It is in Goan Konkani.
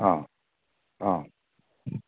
आं आं